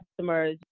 customers